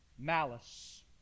Malice